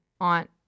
aunt